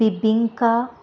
bebinca